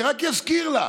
אני רק אזכיר לך.